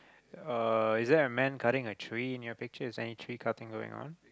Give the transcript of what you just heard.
uh is there a man cutting a tree in your picture is there any tree cutting going on